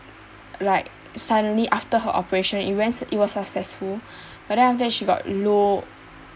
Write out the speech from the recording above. like suddenly after her operation it went it was successful but then after that she got low